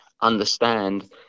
understand